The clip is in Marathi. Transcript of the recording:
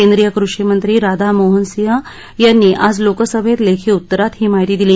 केंद्रीय कृषी मंत्री राधा मोहन सिंग यांनी आज लोकसभेत लेखी उत्तरात ही माहिती दिली